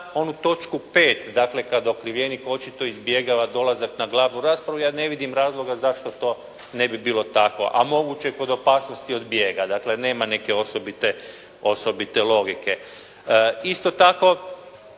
točku 5., dakle kad okrivljenik očito izbjegava dolazak na glavnu raspravu, ja ne vidim razloga zašto to ne bi bilo tako, a moguće je kod opasnosti od bijega, dakle nema neke osobite logike. Isti tako